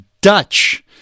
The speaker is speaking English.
Dutch